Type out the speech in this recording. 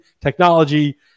technology